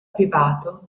privato